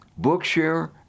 Bookshare